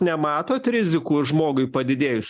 nematot rizikų žmogui padidėjus